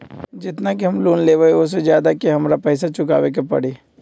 जेतना के हम लोन लेबई ओ से ज्यादा के हमरा पैसा चुकाबे के परी?